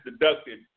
deducted